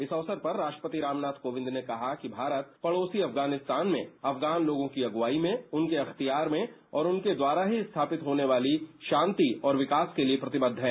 इस अवसर पर राष्ट्रपति रामनाथ कोविंद ने कहा कि भारत पडोसी अफगानिस्तान में अफगान लोगों की अगुवाई में उनके अख्तियार में और उनके द्वारा ही स्थापित होने वाली शांति और विकास के लिए प्रतिबद्ध है